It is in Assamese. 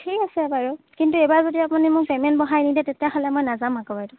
ঠিক আছে বাৰু কিন্তু এইবাৰ যদি আপুনি মোক পেমেণ্ট বঢ়াই নিদিয়ে তেতিয়াহ'লে মই নেযাম আকৌ বাইদেউ